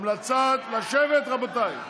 לשבת, רבותיי.